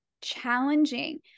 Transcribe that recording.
challenging